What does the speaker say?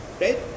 right